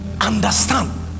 Understand